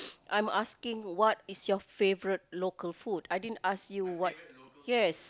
I'm asking what is your favorite local food I didn't ask you what yes